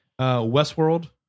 Westworld